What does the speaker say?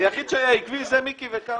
היחיד שהיה עקבי זה מיקי.